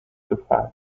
gefallen